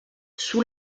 sous